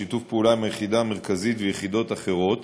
בשיתוף פעולה עם היחידה המרכזית ויחידות אחרות,